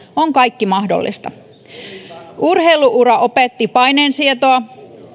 on kaikki mahdollista urheilu ura opetti paineensietoa